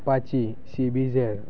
Apache CBZ